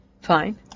Fine